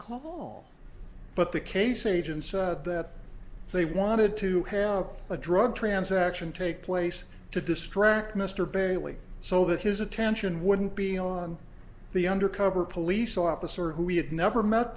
call but the case agents that they wanted to have a drug transaction take place to distract mr bailey so that his attention wouldn't be on the undercover police officer who we had never met